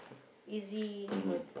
easy for the